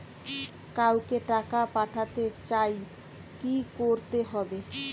কাউকে টাকা পাঠাতে চাই কি করতে হবে?